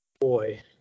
Boy